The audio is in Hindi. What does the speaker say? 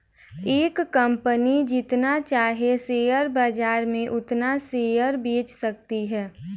एक कंपनी जितना चाहे शेयर बाजार में उतना शेयर बेच सकती है